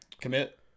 commit